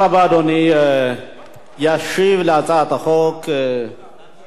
ישיב על הצעת החוק השר יעקב נאמן,